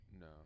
No